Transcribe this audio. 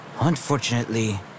Unfortunately